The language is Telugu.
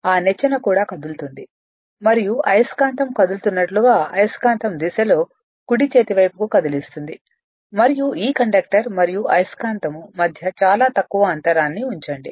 ఆ నిచ్చెన కూడా కదులుతుంది మరియు అయస్కాంతం కదులుతున్నట్లుగా అయస్కాంతం దిశలో కుడి చేతి వైపుకు కదిలిస్తుంది మరియు ఈ కండక్టర్ మరియు అయస్కాంతం మధ్య చాలా తక్కువ అంతరాన్ని ఉంచండి